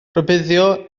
rhybuddio